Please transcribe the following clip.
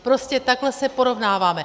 Prostě takhle se porovnáváme.